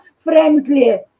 friendly